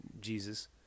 Jesus